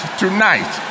tonight